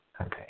Okay